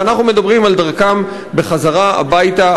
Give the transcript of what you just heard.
ואנחנו מדברים על דרכם בחזרה הביתה,